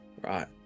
right